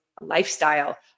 lifestyle